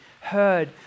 heard